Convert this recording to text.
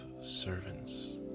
servants